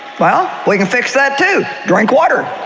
well, we can fix that too, drink water.